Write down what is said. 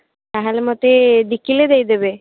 ତା'ହେଲେ ମୋତେ ଦୁଇ କିଲୋ ଦେଇ ଦେବେ